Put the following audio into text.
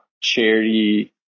charity